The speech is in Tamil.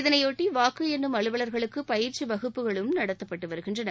இதனையொட்டி வாக்கு எண்ணும் அலுவலர்களுக்கு பயிற்சி வகுப்புகளும் நடத்தப்பட்டு வருகின்றன